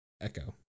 echo